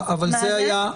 מה זה?